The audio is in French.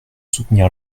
soutenir